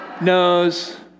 knows